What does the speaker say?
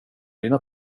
dina